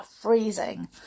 freezing